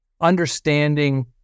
understanding